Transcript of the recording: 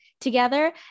together